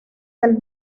del